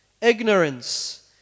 Ignorance